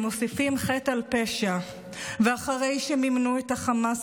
הם מוסיפים חטא על פשע ואחרי שמימנו את חמאס,